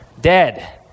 dead